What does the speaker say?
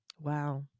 wow